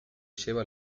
lleva